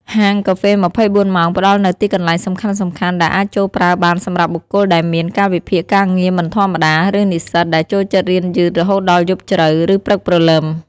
ហាងកាហ្វេ ២៤ ម៉ោងផ្តល់នូវទីកន្លែងសំខាន់ៗដែលអាចចូលប្រើបានសម្រាប់បុគ្គលដែលមាន កាលវិភាគការងារមិនធម្មតាឬ និស្សិត ដែលចូលចិត្តរៀនយឺតរហូតដល់យប់ជ្រៅ ឬព្រឹកព្រលឹម។